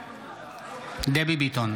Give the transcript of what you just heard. בעד דבי ביטון,